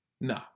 No